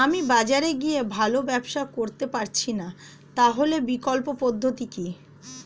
আমি বাজারে গিয়ে ভালো ব্যবসা করতে পারছি না তাহলে বিকল্প পদ্ধতি কি?